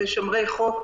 ושומרי חוק.